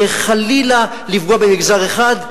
שחלילה לפגוע במגזר אחד.